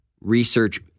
research